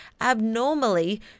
abnormally